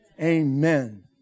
Amen